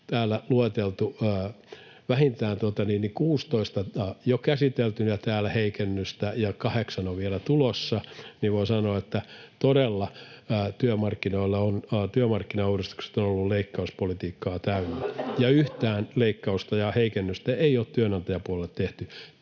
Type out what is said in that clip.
niitä on lueteltu vähintään 16 täällä jo käsiteltyä heikennystä ja kahdeksan on vielä tulossa, ja voi sanoa, että todella työmarkkinauudistukset ovat olleet leikkauspolitiikkaa täynnä, ja yhtään leikkausta ja heikennystä ei ole työnantajapuolelle tehty.